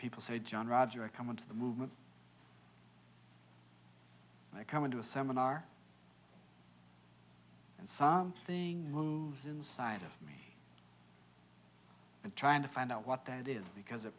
people say john roger i come into the movement i come into a seminar and some thing moves inside of me and trying to find out what that is because it